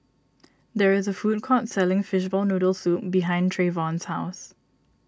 there is a food court selling Fishball Noodle Soup behind Treyvon's house